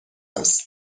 هست